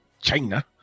China